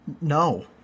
no